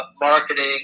marketing